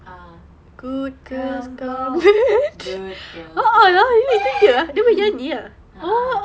ah good girls go good girls go ah ah